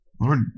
Lord